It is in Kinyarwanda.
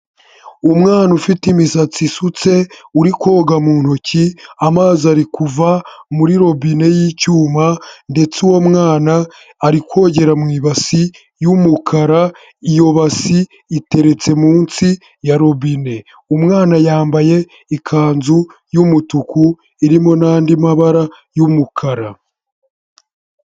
Umwana ufite imisatsi isutse uri koga mu ntoki amazi ari kuva muri robine yicyuma ndetse uwo mwana ari kogera mu ibasi y'umukara, iyo basi iteretse munsi ya robine, umwana yambaye ikanzu y'umutuku irimo n'andi mabara y'umukara